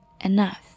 enough